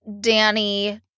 Danny